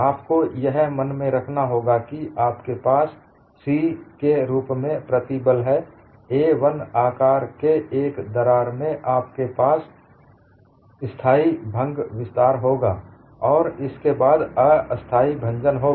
आपको यह मन में रखना होगा कि आपके पास सिग्मा c के रूप में प्रतिबल है a 1 आकार के एक दरार में आपके पास स्थाई भंग विस्तार होगा और इसके बाद अस्थाई भंजन होगा